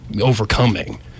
overcoming